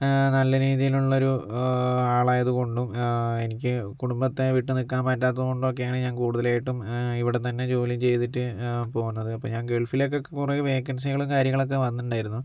നല്ല രീതിലുള്ളൊരു ആളായത് കൊണ്ടും എനിക്ക് കുടുംബത്തെ വിട്ട് നിൽക്കാൻ പറ്റാത്തകൊണ്ടോക്കെയാണ് ഞാൻ കൂടുതലായിട്ടും ഇവിടെ തന്നെ ജോലി ചെയ്തിട്ട് പോകുന്നത് അപ്പോൾ ഞാൻ ഗൾഫിലൊക്കെ കുറെ വെക്കൻസികളും കാര്യങ്ങളൊക്കെ വന്നിട്ടുണ്ടായിരുന്നു